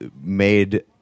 made